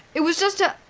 it was just a.